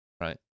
right